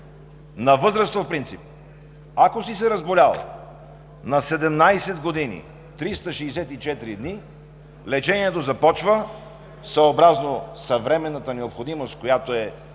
на възрастов принцип – ако си се разболял на 17 години 364 дни, лечението започва съобразно съвременната необходимост, която е